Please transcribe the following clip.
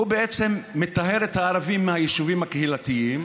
בעצם מטהר את הערבים מהיישובים הקהילתיים